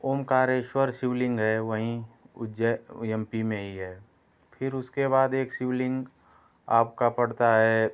ओंकारेश्वर शिवलिंग है वहीं उज्जै एम पी में ही है फिर उसके बाद एक शिवलिंग आपका पड़ता है